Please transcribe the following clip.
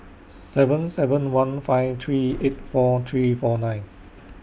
seven seven one five three eight four three four nine